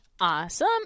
Awesome